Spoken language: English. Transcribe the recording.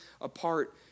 apart